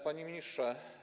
Panie Ministrze!